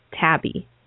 tabby